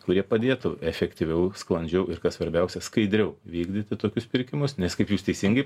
kurie padėtų efektyviau sklandžiau ir kas svarbiausia skaidriau vykdyti tokius pirkimus nes kaip jūs teisingai